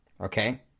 Okay